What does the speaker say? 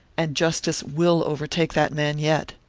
and justice will overtake that man yet.